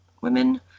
women